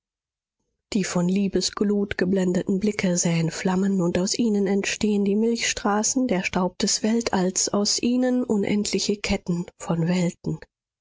die von liebesglut geblendeten blicke säen flammen und aus ihnen entstehen die milchstraßen der staub des weltalls aus ihnen unendliche ketten von welten